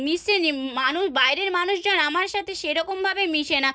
মিশে মানুষ বাইরের মানুষজন আমার সাথে সেরকমভাবে মিশে না